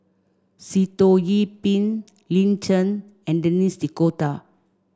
Sitoh Yih Pin Lin Chen and Denis D'Cotta